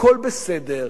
הכול בסדר,